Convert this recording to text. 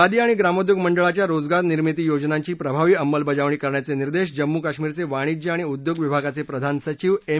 खादी आणि ग्रामोद्योग मंडळाच्या रोजगार निर्मिती योजनांची प्रभावी अंमलबजावणी करण्याचे निर्देश जम्मू कश्मीरचे वाणिज्य आणि उद्योग विभागाचे प्रधान सचीव एम